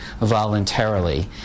voluntarily